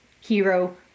hero